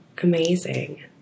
amazing